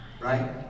Right